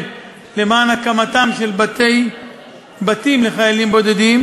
למען הקמתם של בתים לחיילים בודדים,